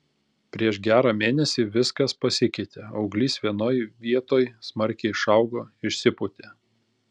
prieš gerą mėnesį viskas pasikeitė auglys vienoj vietoj smarkiai išaugo išsipūtė